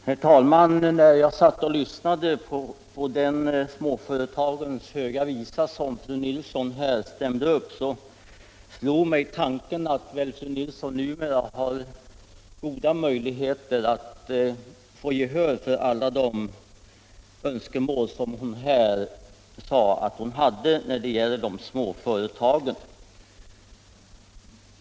Herr talman! När jag lyssnade på den småföretagens höga visa som fru Nilsson i Kristianstad stämde upp slog det mig att fru Nilsson väl numera har goda möjligheter att få gehör för alla de önskemål i fråga om småföretagen som hon förde fram.